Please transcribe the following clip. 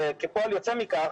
כפועל יוצא מכך,